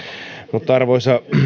mutta arvoisa